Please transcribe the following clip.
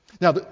Now